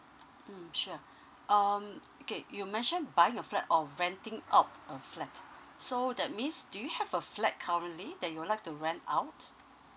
mm sure um okay you mentioned buying a flat or renting out a flat so that means do you have a flat currently that you would like to rent out